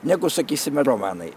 negu sakysime romanai